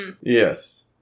Yes